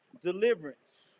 deliverance